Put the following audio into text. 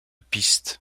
piste